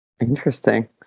Interesting